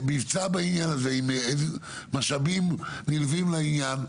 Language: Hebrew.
מבצע בעניין הזה עם משאבים נלווים לעניין.